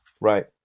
Right